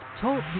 Talk